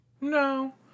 No